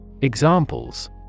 Examples